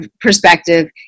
perspective